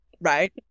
right